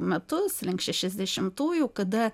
metus link šešiasdešimtųjų kada